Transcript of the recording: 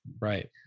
Right